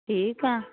ਠੀਕ ਹਾਂ